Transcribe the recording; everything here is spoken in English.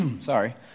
sorry